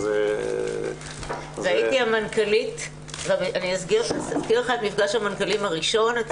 אני אזכיר לך את מפגש המנכ"לים הראשון,